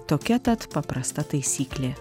tokia tad paprasta taisyklė